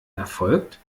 erfolgt